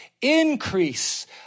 increase